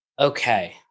Okay